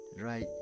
right